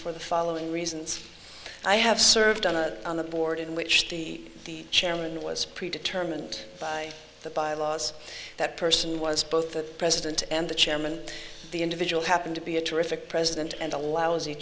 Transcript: for the following reasons i have served on a on the board in which the chairman was pre determined by the bylaws that person was both the president and the chairman the individual happened to be a terrific president and a lousy